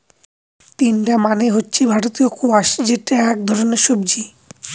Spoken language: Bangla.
তিনডা মানে হচ্ছে ভারতীয় স্কোয়াশ যেটা এক ধরনের সবজি